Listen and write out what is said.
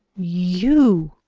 you!